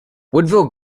woodville